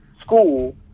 school